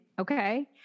okay